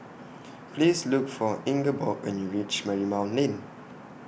Please Look For Ingeborg when YOU REACH Marymount Lane